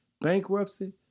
bankruptcy